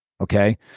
Okay